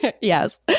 Yes